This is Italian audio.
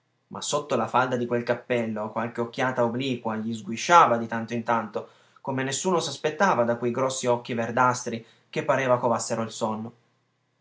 ma sotto la falda di quel cappello qualche occhiata obliqua gli sguisciava di tanto in tanto come nessuno s'aspettava da quei grossi occhi verdastri che pareva covassero il sonno